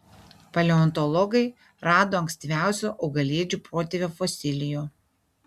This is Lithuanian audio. paleontologai rado ankstyviausio augalėdžių protėvio fosilijų